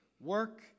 Work